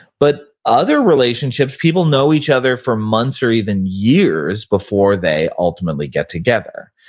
but other relationships, people know each other for months or even years before they ultimately get together.